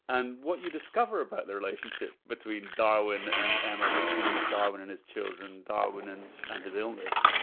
and what you discover about the relationship between darwin and emma, between darwin and his children, darwin and and his illness,